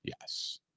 Yes